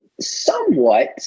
Somewhat